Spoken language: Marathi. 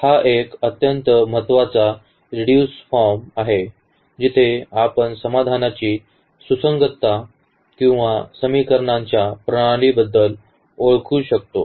हा एक अत्यंत महत्वाचा रिड्युसड फॉर्म आहे जिथे आपण समाधानाची सुसंगतता किंवा समीकरणांच्या प्रणालीबद्दल ओळखू शकतो